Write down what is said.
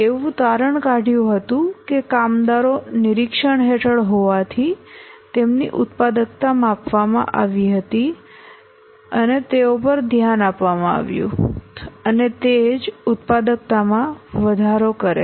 એવું તારણ કાઢયુ હતું કે કામદારો નિરીક્ષણ હેઠળ હોવાથી તેમની ઉત્પાદકતા માપવામાં આવી હતી તેઓ પર ધ્યાન આપવામાં આવ્યું અને તે જ ઉત્પાદકતામાં વધારો કરે છે